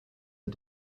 are